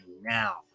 now